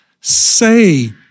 say